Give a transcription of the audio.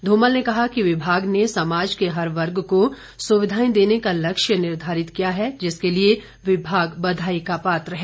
धूमल ने कहा कि विभाग ने समाज के हर वर्ग को सुविधाएं देने का लक्ष्य निर्धारित किया है जिसके लिए विभाग बधाई का पात्र है